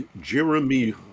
jeremy